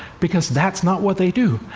because that's not what they do.